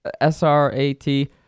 S-R-A-T